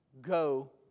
go